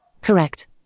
Correct